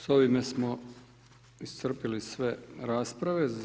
S ovime smo iscrpili sve rasprave.